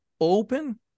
open